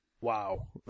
Wow